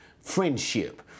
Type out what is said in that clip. friendship